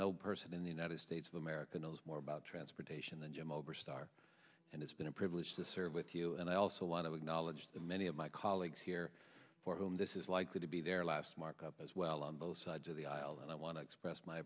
no person in the united states of america knows more about transportation than jim oberstar and it's been a privilege to serve with you and i also want to acknowledge the many of my colleagues here for whom this is likely to be their last markup as well on both sides of the aisle and i want to express my